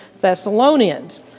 Thessalonians